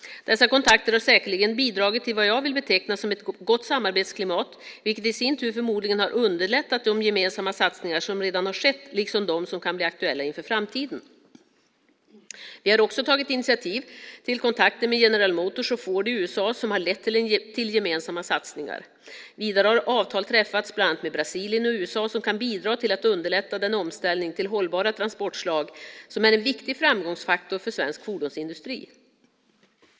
Dessa kontakter har säkerligen bidragit till vad jag vill beteckna som ett gott samarbetsklimat, vilket i sin tur förmodligen har underlättat de gemensamma satsningar som redan har skett liksom de som kan bli aktuella inför framtiden. Vi har också tagit initiativ till kontakter med General Motors och Ford i USA som har lett till gemensamma satsningar. Vidare har avtal träffats bland annat med Brasilien och USA som kan bidra till att underlätta den omställning till hållbara transportslag som är en viktig framgångsfaktor för svensk fordonsindustri.